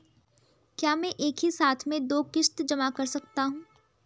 क्या मैं एक ही साथ में दो किश्त जमा कर सकता हूँ?